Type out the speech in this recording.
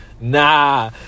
Nah